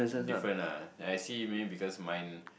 different ah like I see maybe because mine